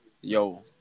yo